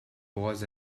was